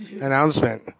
announcement